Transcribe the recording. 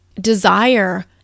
desire